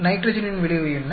நைட்ரஜனின் விளைவு என்ன